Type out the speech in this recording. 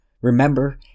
Remember